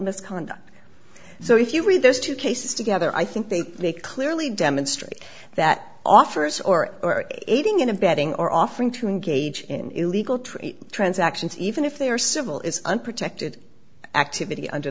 misconduct so if you read those two cases together i think they clearly demonstrate that offers or aiding and abetting or offering to engage in illegal trade transactions even if they are civil is unprotected activity under